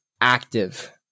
active